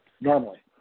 normally